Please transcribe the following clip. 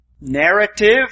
Narrative